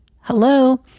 Hello